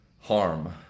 harm